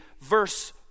verse